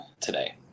today